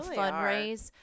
fundraise